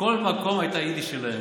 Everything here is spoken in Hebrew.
לכל מקום הייתה היידיש שלהם.